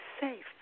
safe